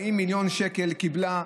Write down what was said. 40 מיליון שקל קיבל,